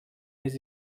his